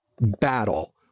battle